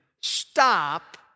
stop